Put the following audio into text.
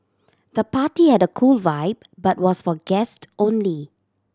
the party had a cool vibe but was for guest only